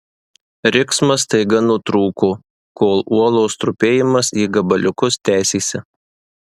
riksmas staiga nutrūko kol uolos trupėjimas į gabaliukus tęsėsi